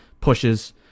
pushes